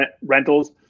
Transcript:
rentals